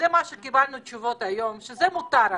קיבלנו היום תשובות שזה מותר עכשיו.